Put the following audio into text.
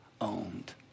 owned